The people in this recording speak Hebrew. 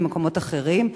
במקומות אחרים.